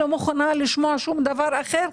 לא מוכנה לשמוע שום דבר אחר,